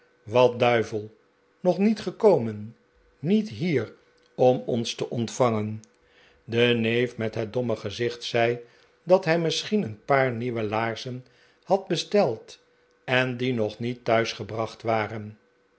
wat duivel nog niet gekomen niet hier om ons te ontvangen de neef met het domme gezicht zei dat hij misschien een paar nieuwe laarzen had besteld en die nog niet thuisgebracht waren